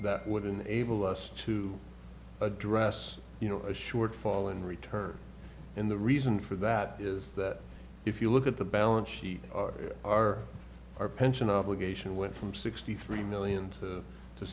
that would enable us to address you know a shortfall in return and the reason for that is that if you look at the balance sheet our our pension obligation went from sixty three million to